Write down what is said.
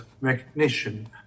recognition